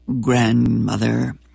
grandmother